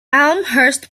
elmhurst